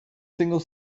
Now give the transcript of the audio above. single